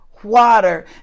water